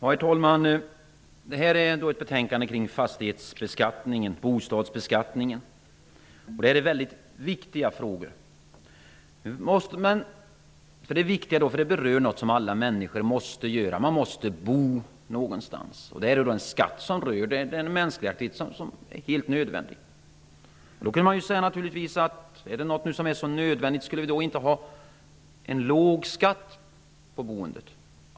Herr talman! Det här är då ett betänkande kring bostadsbeskattningen. Det gäller väldigt viktiga frågor, för det berör något som alla människor måste göra. Man måste bo någonstans, och här är det fråga om en skatt som rör en mänsklig aktivitet som är helt nödvändig. Då kan man naturligtvis säga att är det något som är så nödvändigt, borde vi då inte ha en låg skatt på boendet?